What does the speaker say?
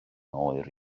oer